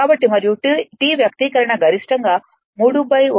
కాబట్టి మరియు T వ్యక్తీకరణ గరిష్టంగా 3 ω S 0